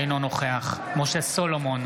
אינו נוכח משה סולומון,